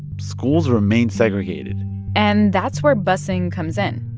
schools remain segregated and that's where busing comes in.